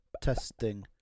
Testing